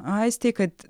aistei kad